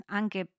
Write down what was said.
anche